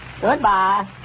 Goodbye